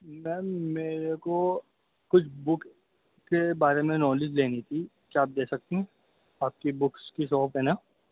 میم میرے کو کچھ بک کے بارے میں نالج لینی تھی کیا آپ دے سکتی ہیں آپ کی بکس کی شاپ ہے نا